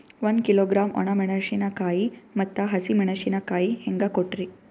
ಒಂದ ಕಿಲೋಗ್ರಾಂ, ಒಣ ಮೇಣಶೀಕಾಯಿ ಮತ್ತ ಹಸಿ ಮೇಣಶೀಕಾಯಿ ಹೆಂಗ ಕೊಟ್ರಿ?